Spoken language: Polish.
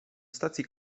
stacji